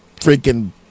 freaking